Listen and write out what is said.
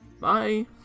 Bye